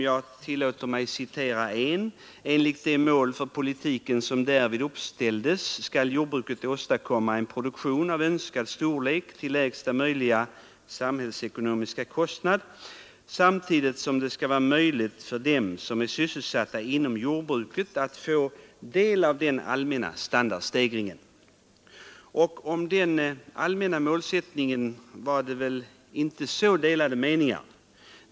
Jag tillåter mig här att citera en, som jag läser från s. 5 i utskottets betänkande: ”Enligt de mål för politiken som därvid uppställdes skall jordbruket åstadkomma en produktion av önskad storlek till lägsta möjliga samhällsekonomiska kostnad samtidigt som det skall vara möjligt för dem som är sysselsatta inom jordbruket att få del av den allmänna standardstegringen.” Om denna allmänna målsättning rådde inte särskilt delade meningar.